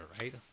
right